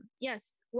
Yes